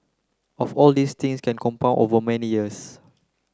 of all these things can compound over many years